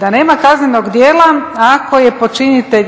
da nema kaznenog djela ako je počinitelj